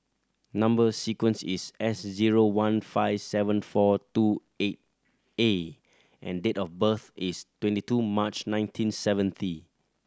number sequence is S zero one five seven four two eight A and date of birth is twenty two March nineteen seventy